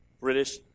British